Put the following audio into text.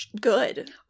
good